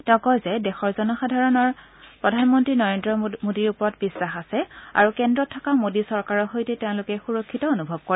তেওঁ কয় যে দেশৰ জনসাধাৰণৰ প্ৰধানমন্ত্ৰী নৰেন্দ্ৰ মোদীৰ ওপৰত বিশ্বাস আছে আৰু কেন্দ্ৰত থকা মোদী চৰকাৰৰ সৈতে তেওঁলোকে সুৰক্ষিত অনুৱ কৰে